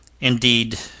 indeed